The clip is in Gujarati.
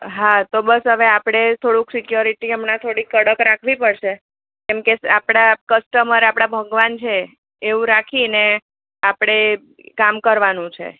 હા તો બસ હવે આપણે થોડું સિક્યોરિટી હમણાં થોડી કડક રાખવી પડશે કેમકે આપણા કસ્ટમર એ આપણા ભગવાન છે એવું રાખીને આપણે કામ કરવાનું છે